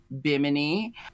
Bimini